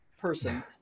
person